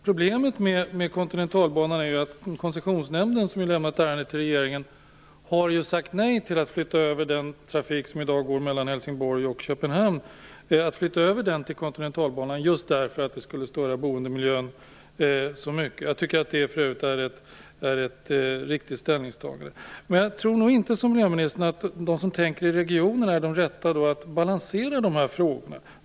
Problemet med kontinentalbanan är att Koncessionsnämnden, som lämnat ärendet till regeringen, har sagt nej till att flytta över den trafik som i dag går mellan Helsingborg och Köpenhamn till kontinentalbanan just för att det skulle störa boendemiljön så mycket. Jag tycker att det för övrigt är ett riktigt ställningstagande. Men jag tror nog inte som miljöministern att de som tänker i regioner är de rätta att balansera de här frågorna.